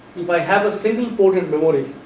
if i have a single coated memory,